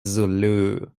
zulu